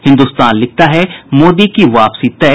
हिन्दुस्तान लिखता है मोदी की वापसी तय